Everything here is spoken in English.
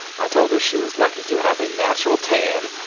i told her she was lucky to have a natural tan.